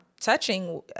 touching